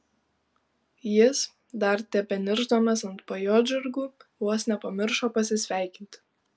jis dar tebeniršdamas ant pajodžargų vos nepamiršo pasisveikinti